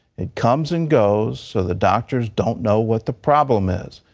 it comes and goes, so the doctors don't know what the problem is.